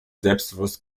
selbstbewusst